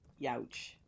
Youch